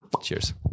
Cheers